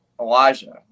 Elijah